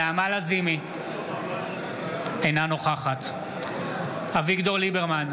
אינה נוכחת אביגדור ליברמן,